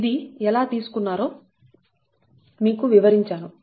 ఇది ఎలా తీసుకున్నారో మీకు వివరించాను